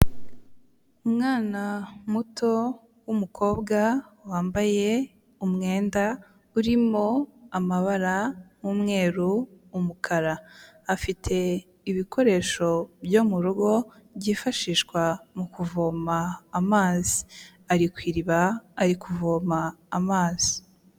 Umwana, muto, w'umukobwa, wambaye, umwenda, urimo ,amabara y'umweru, umukara. Afite, ibikoresho, byo mu rugo, byifashishwa, mu kuvoma amazi. Ari ku iriba, ari kuvoma amazi.